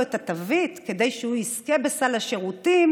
את התווית כדי שהוא יזכה בסל השירותים,